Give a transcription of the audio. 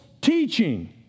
teaching